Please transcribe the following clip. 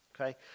okay